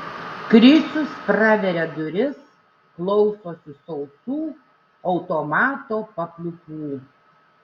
krisius praveria duris klausosi sausų automato papliūpų